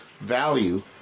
value